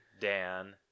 Dan